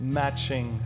matching